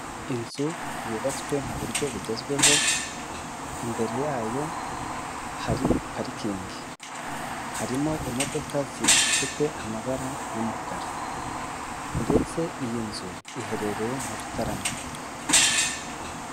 Inzu yubatswe mu buryo bugezweho, imbere yayo hari parikingi, harimo imodoka zifite amabara y'umukara, ndetse iyi nzu iherereye nyarutarama.